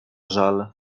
żal